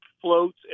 floats